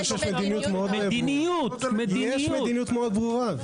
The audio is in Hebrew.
אני חושב שיש מדיניות מאוד ברורה.